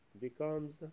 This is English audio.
becomes